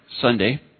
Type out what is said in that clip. Sunday